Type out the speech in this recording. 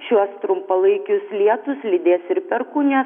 šiuos trumpalaikius lietus lydės ir perkūnija